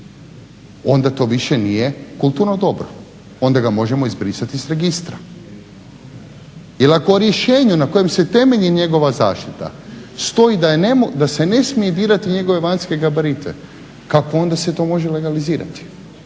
Onda to više nije kulturno dobro, onda ga možemo izbrisati iz registra. Jer ako u rješenju na kojem se temelji njegova zaštita stoji da se ne smije dirati njegove vanjske gabarite kako se to onda može legalizirati?